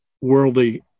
worldly